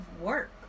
work